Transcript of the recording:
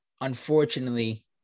Unfortunately